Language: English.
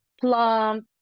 plump